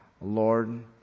Lord